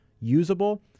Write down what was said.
usable